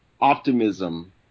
optimism